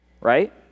right